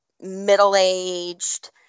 middle-aged